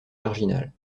marginale